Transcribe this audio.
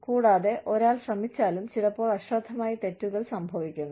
കൂടാതെ ഒരാൾ ശ്രമിച്ചാലും ചിലപ്പോൾ അശ്രദ്ധമായി തെറ്റുകൾ സംഭവിക്കുന്നു